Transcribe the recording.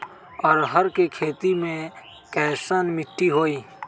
अरहर के खेती मे कैसन मिट्टी होइ?